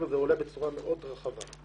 זה עולה בצורה מאוד רחבה.